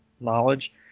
knowledge